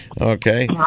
Okay